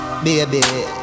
Baby